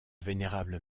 vénérable